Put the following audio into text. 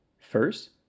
First